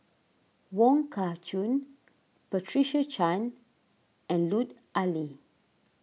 Wong Kah Chun Patricia Chan and Lut Ali